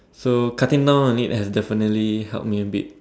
so cutting down on it has definitely help me a bit